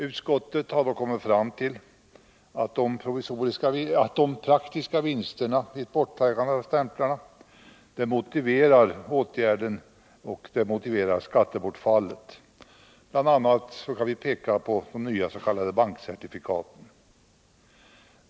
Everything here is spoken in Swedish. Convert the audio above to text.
Utskottet har kommit fram till att de praktiska vinsterna med borttagande av stämplarna motiverar åtgärden och motiverar skattebortfallet. Bl. a. kan vi peka på de nya s.k. bankcertifikaten.